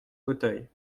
fauteuil